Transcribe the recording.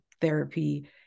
therapy